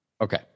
Okay